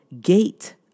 gate